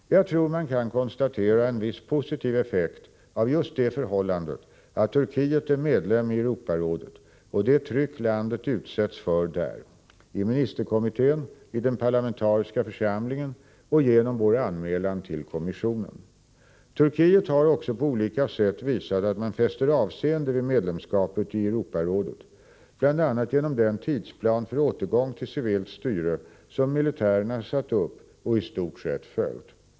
Jag tror man kan konstatera en viss positiv effekt av just det förhållandet att Turkiet är medlem i Europarådet och det tryck landet utsatts för där — i ministerkommittén, i den parlamentariska församlingen och genom vår anmälan till kommissionen. Turkiet har också på olika sätt visat att man fäster avseende vid medlemskapet i Europarådet, bl.a. genom den tidsplan för återgång till civilt styre som militärerna satt upp och i stort följt.